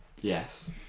Yes